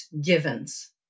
givens